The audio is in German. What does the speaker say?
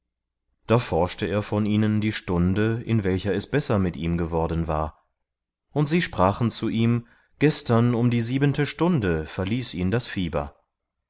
da forschte er von ihnen die stunde in welcher es besser mit ihm geworden war und sie sprachen zu ihm gestern um die siebente stunde verließ ihn das fieber